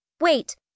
Wait